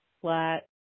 flat